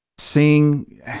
Seeing